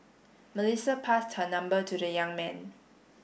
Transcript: Melissa passed her number to the young man